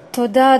תודה.